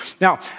Now